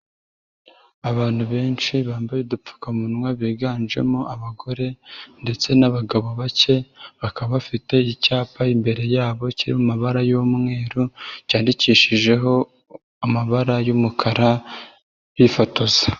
Abantu benshi bambaye udupfukamunwa, biganjemo abagore ndetse n'abagabo bake, bakaba bafite icyapa imbere yabo kiri mu mabara y'umweru, cyandikishijeho amabara y'umukara bifotoza.